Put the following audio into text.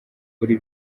kuri